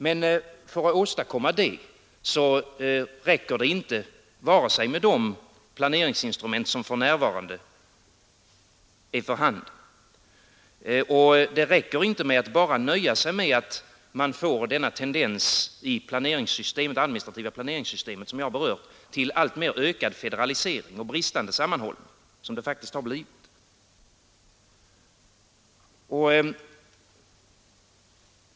Men för att åstadkomma en sådan jämnare fördelning räcker det inte med de planeringsinstrument som för närvarande är för handen. Och det räcker inte med att bara nöja sig med att få denna tendens i det administrativa planeringssystemet mot allt mer ökad federalisering och bristande sammanhållning, som jag har berört.